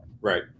Right